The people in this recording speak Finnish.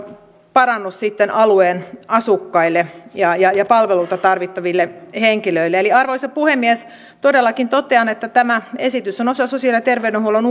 parannus sitten alueen asukkaille ja ja palveluita tarvitseville henkilöille arvoisa puhemies todellakin totean että tämä esitys on osa sosiaali ja terveydenhuollon